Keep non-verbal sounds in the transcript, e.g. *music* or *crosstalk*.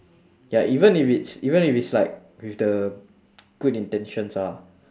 ya even if it's even if it's like with the *noise* good intentions ah